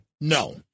No